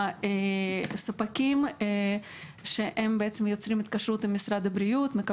ספקים שיוצרים התקשרות עם משרד הבריאות.